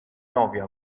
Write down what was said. nofio